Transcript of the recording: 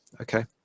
okay